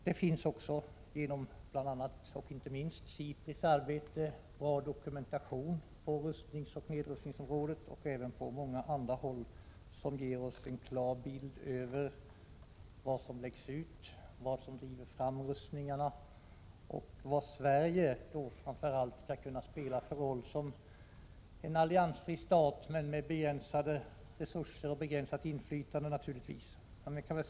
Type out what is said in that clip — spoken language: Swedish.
Det finns bl.a. och inte minst genom SIPRI:s arbete en bra dokumentation på rustningsoch nedrustningsområdet och även på många andra områden som ger oss en klar bild över vad som läggs ut, vad som driver fram rustningarna och vad Sverige som alliansfri stat med begränsade resurser och begränsat inflytande skall kunna spela för roll.